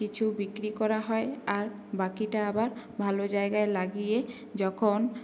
কিছু বিক্রি করা হয় আর বাকিটা আবার ভালো জায়গায় লাগিয়ে যখন